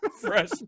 fresh